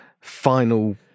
final